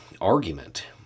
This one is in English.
argument